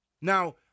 Now